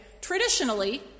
traditionally